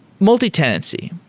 multi-tenancy,